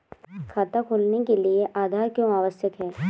खाता खोलने के लिए आधार क्यो आवश्यक है?